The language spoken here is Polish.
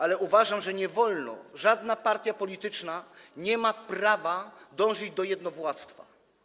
Ale uważam, że nie wolno, żadna partia polityczna nie ma prawa dążyć do jednowładztwa.